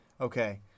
Okay